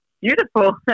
beautiful